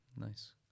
nice